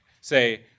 Say